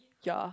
ya